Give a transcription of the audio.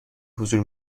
حضور